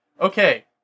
Okay